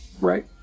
right